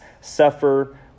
suffer